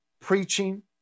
preaching